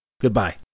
Goodbye